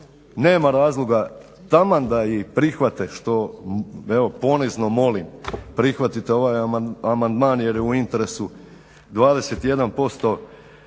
nema razloga taman da i prihvate što evo ponizno molim prihvatite ovaj amandman jer je u interesu 21%